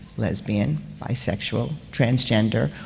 lesbian, bisexual, transgender,